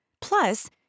Plus